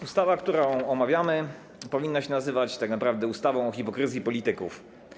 Ustawa, którą omawiamy, powinna się nazywać tak naprawdę ustawą o hipokryzji polityków.